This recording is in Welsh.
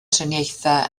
triniaethau